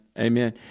amen